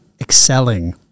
Excelling